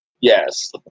Yes